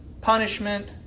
punishment